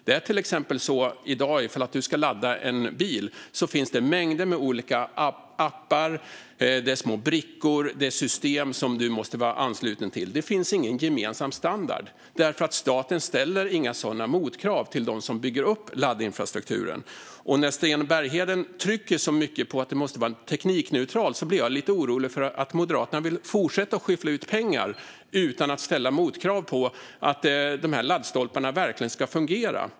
För den som ska ladda en bil är det i dag till exempel så att det finns mängder med olika appar. Det finns små brickor och system som man måste vara ansluten till. Det finns ingen gemensam standard, för staten ställer inga sådana motkrav på dem som bygger upp laddinfrastrukturen. När Sten Bergheden trycker så mycket på att det måste vara teknikneutralt blir jag lite orolig för att Moderaterna vill fortsätta att skyffla ut pengar utan att ställa motkrav på att de här laddstolparna verkligen ska fungera.